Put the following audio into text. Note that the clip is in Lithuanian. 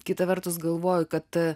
kita vertus galvoju kad